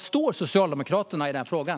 Var står Socialdemokraterna i den här frågan?